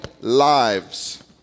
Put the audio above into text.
lives